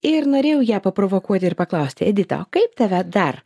ir norėjau ją paprovokuoti ir paklausti edita o kaip tave dar